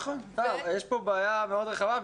יש כאן בעיה מאוד רחבה.